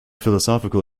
philosophical